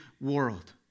world